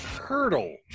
Hurdle